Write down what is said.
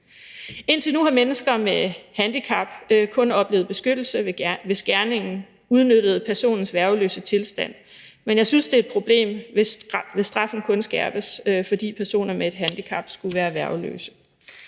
Indtil nu har mennesker med handicap kun oplevet beskyttelse, hvis gerningsmanden udnyttede personens værgeløse tilstand, men jeg synes, det er et problem, hvis straffen kun skærpes, fordi personer med et handicap skulle være værgeløse.